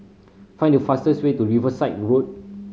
find the fastest way to Riverside Road